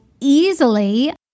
easily